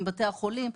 עם בתי החולים.